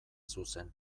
zuzen